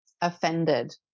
offended